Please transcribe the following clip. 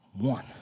One